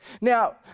Now